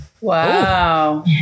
Wow